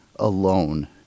Alone